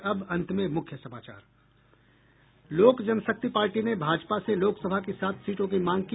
और अब अंत में मुख्य समाचार लोक जनशक्ति पार्टी ने भाजपा से लोकसभा की सात सीटों की मांग की